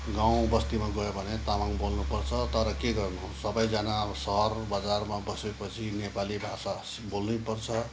गाउँ बस्तीमा गयो भने तामाङ बोल्नुपर्छ तर के गर्नु सबैजना अब सहर बजारमा बसेपछि नेपाली भाषा बोल्नै पर्छ